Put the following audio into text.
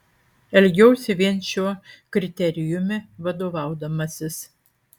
elgiausi vien šiuo kriterijumi vadovaudamasis